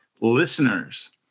listeners